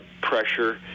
pressure